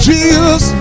Jesus